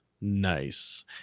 Nice